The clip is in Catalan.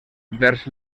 vers